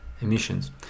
emissions